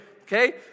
Okay